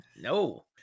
No